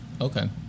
Okay